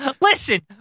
listen